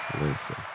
listen